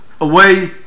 away